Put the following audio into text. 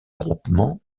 groupement